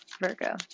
Virgo